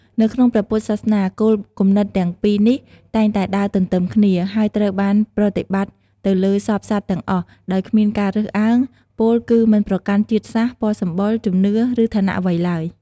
នៅក្នុងព្រះពុទ្ធសាសនា គោលគំនិតទាំងពីរនេះតែងតែដើរទន្ទឹមគ្នា ហើយត្រូវបានប្រតិបត្តិទៅលើសព្វសត្វទាំងអស់ ដោយគ្មានការរើសអើង ពោលគឺមិនប្រកាន់ជាតិសាសន៍ ពណ៌សម្បុរ ជំនឿ ឬឋានៈអ្វីឡើយ។